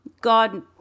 God